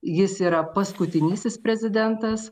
jis yra paskutinysis prezidentas